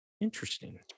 Interesting